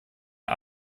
der